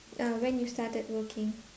uh when you started working